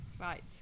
Right